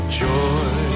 joy